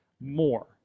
more